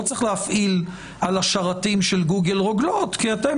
לא צריך להפעיל על השרתים של גוגל רוגלות כי אתם